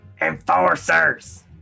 Enforcers